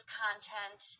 content